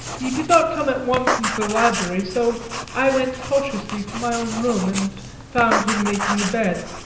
he did not come at once into the library, so i went cautiously to my own room and found him making the bed.